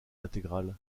intégral